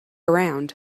around